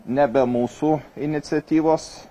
nebe mūsų iniciatyvos